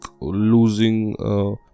losing